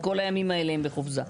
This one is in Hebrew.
כל הימים האלה הם בחופזה.